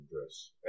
dress